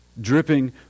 Dripping